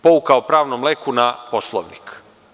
Pouka o pravnom leku na poslovnik?